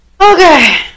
Okay